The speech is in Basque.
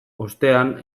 ostean